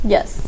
Yes